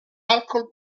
alcol